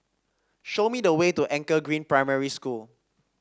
show me the way to Anchor Green Primary School